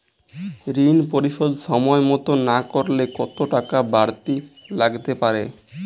ঋন পরিশোধ সময় মতো না করলে কতো টাকা বারতি লাগতে পারে?